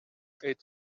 eight